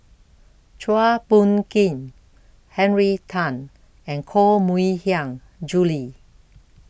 Chua Phung Kim Henry Tan and Koh Mui Hiang Julie